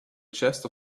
chest